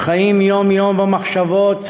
שחיות יום-יום במחשבות